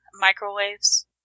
microwaves